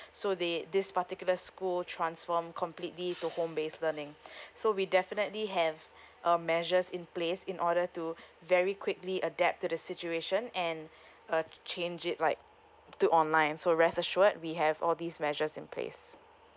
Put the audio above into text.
so they this particular school transform completely to home based learning so we definitely have uh measures in place in order to very quickly adapt to the situation and uh change it like to online so rest assured we have all these measures in place